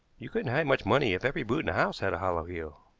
you couldn't hide much money if every boot in the house had a hollow heel.